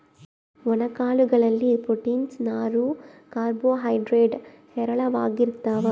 ಒಣ ಕಾಳು ಗಳಲ್ಲಿ ಪ್ರೋಟೀನ್ಸ್, ನಾರು, ಕಾರ್ಬೋ ಹೈಡ್ರೇಡ್ ಹೇರಳವಾಗಿರ್ತಾವ